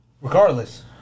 Regardless